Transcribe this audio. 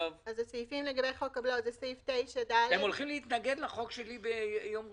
הם הולכים להתנגד לחוק שלי ביום ראשון.